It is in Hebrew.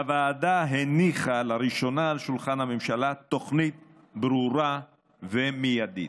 הוועדה הניחה לראשונה על שולחן הממשלה תוכנית ברורה ומיידית.